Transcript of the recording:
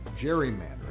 gerrymandering